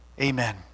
Amen